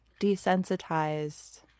desensitized